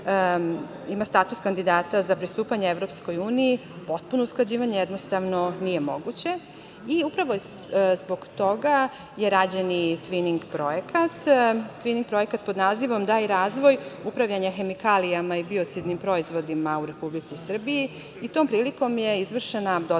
ima status kandidata za pristupanje EU, potpuno usklađivanje jednostavno nije moguće i upravo je zbog toga rađen i „Tvining“ projekat pod nazivom „Dalji razvoj upravljanje hemikalijama i biocidnim proizvodima u Republici Srbiji“, i tom prilikom je izvršena dodatna